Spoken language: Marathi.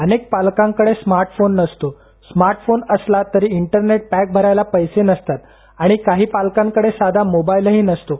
अनेक पालकांकडे स्मार्ट फोन नसतो स्मार्ट फोन असला तरी इंटरनेट पॅक भरायला पैसे नसतात आणि काही पालकांकडे साधा मोबाईलही नसतो